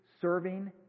serving